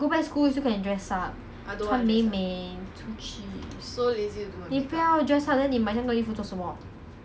then 你这样 lah